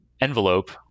envelope